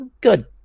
good